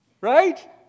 right